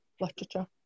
literature